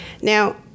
Now